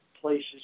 places